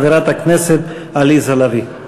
חברת הכנסת עליזה לביא.